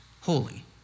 holy